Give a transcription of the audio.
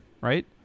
right